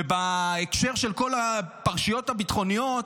ובהקשר של כל הפרשיות הביטחוניות,